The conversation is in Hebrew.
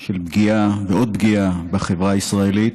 של פגיעה ועוד פגיעה בחברה הישראלית,